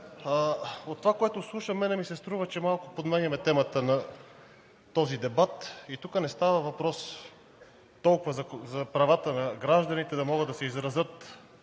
От това, което слушам, на мен ми се струва, че малко подменяме темата на този дебат. И тук не става въпрос толкова за правата на гражданите да могат да си изразят